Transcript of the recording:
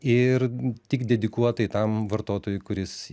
ir tik dedikuotai tam vartotojui kuris